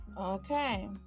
Okay